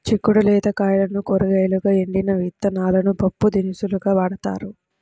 చిక్కుడు లేత కాయలను కూరగాయలుగా, ఎండిన విత్తనాలను పప్పుదినుసులుగా వాడతారు